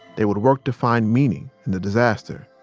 they would work to find meaning in the disaster.